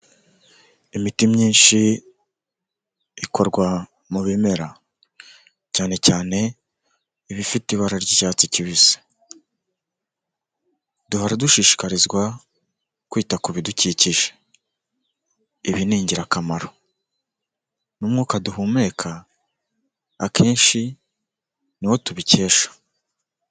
Imiti myinshi ikorwa mu bimera, cyane cyane ibifite ibara ry'icyatsi kibisi. Duhora dushishikarizwa kwita ku bidukikije. Ibi ni ingirakamaro n'umwuka duhumeka akenshi ni wo tubikesha.